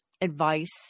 advice